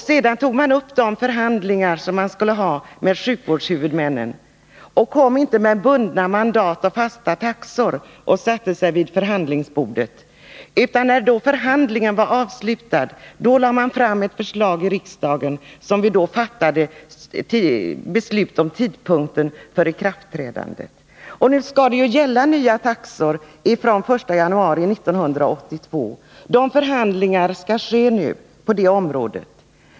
Sedan tog man upp de förhandlingar man skulle ha med sjukvårdshuvudmännen. Vi kom inte och satte oss vid förhandlingsbordet med bundna mandat och med fastställda taxor, utan när förhandlingen var avslutad, lade man fram ett förslag i riksdagen, som fattade beslut om tidpunkten för taxornas ikraftträdande. Nya taxor skall gälla från den 1 januari 1982. Förhandlingarna på sjukvårdsområdet skall ske nu.